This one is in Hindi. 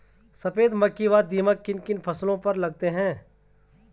सफेद मक्खी व दीमक किन किन फसलों पर लगते हैं?